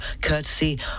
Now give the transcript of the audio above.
courtesy